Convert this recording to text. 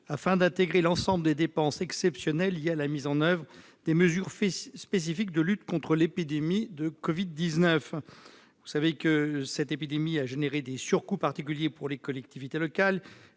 en compte l'ensemble des dépenses exceptionnelles liées à la mise en oeuvre des mesures spécifiques de lutte contre l'épidémie de Covid-19. Cette épidémie a engendré des surcoûts particuliers pour les collectivités locales,